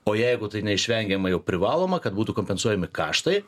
o jeigu tai neišvengiama jau privaloma kad būtų kompensuojami kaštai